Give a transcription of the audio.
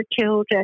children